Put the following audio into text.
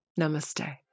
Namaste